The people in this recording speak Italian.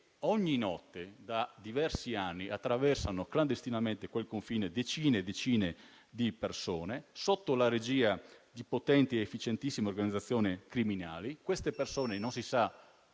ogni notte da diversi anni attraversano clandestinamente quel confine decine e decine di persone sotto la regia di potenti ed efficientissime organizzazioni criminali. Queste persone non si sa